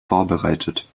vorbereitet